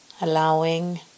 allowing